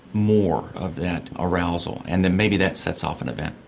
more of that arousal, and then maybe that sets off an event.